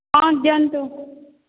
ହଁ ଦିଅନ୍ତୁ